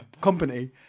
company